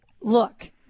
look